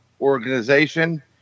Organization